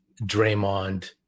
Draymond